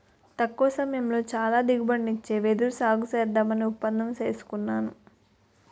తక్కువ సమయంలో చాలా దిగుబడినిచ్చే వెదురు సాగుసేద్దామని ఒప్పందం సేసుకున్నాను